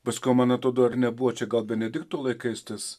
paskiau man atrodo ar nebuvo čia gal benedikto laikais tas